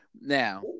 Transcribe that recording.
now